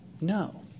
No